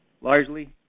largely